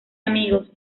amigos